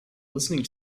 listening